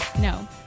No